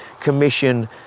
commission